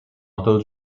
until